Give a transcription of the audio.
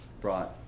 brought